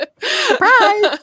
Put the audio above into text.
Surprise